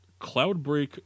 Cloudbreak